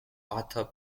arthur